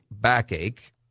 backache